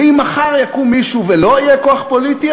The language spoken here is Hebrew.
ואם מחר יקום מישהו ולו יהיה כוח פוליטי,